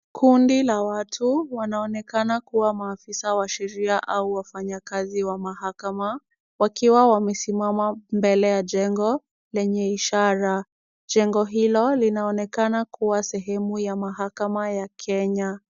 Kundi la watu wanaonekana kuwa maafisa wa sheria au wafanyakazi wa mahakama wakiwa wamesimama mbele ya jengo lenye ishara. Jengo hilo linaonekana kuwa sehemu ya mahakama ya Kenya.